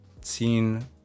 seen